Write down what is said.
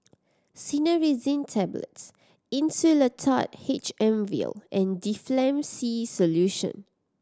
Cinnarizine Tablets Insulatard H M Vial and Difflam C Solution